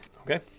Okay